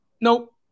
Nope